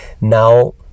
now